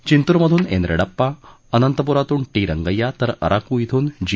चिंतूरमधून N Reddappa अनंतपुरातून ी रंगय्या तर अराकू इथून जी